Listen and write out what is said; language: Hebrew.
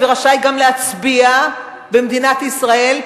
ורשאי גם להצביע במדינת ישראל,